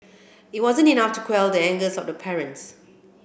it wasn't enough to quell the anger of the parents